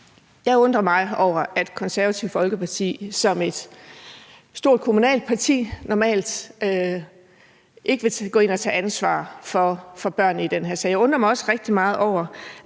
Jeg undrer mig over, at Det Konservative Folkeparti som et stort kommunalt parti ikke vil gå ind og tage ansvar for børnene i den her sag. Jeg undrer mig også rigtig meget over,